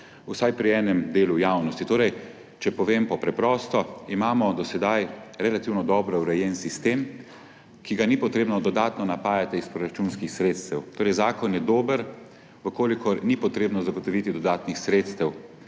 vsaj pri enem delu javnosti. Torej če povem preprosto, imamo do sedaj relativno dobro urejen sistem, ki ga ni treba dodatno napajati iz proračunskih sredstev. Torej zakon je dober, če ni treba zagotoviti dodatnih sredstev.